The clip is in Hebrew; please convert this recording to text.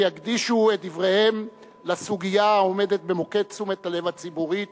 ויקדישו את דבריהם לסוגיה העומדת במוקד תשומת הלב הציבורית,